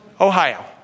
Ohio